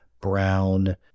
brown